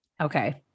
Okay